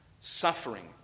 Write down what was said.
suffering